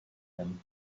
him